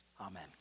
Amen